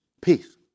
peace